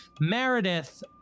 Meredith